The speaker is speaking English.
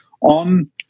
on